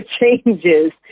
changes